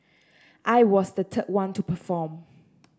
I was the third one to perform